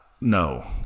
No